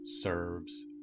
serves